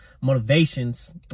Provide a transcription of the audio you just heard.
motivations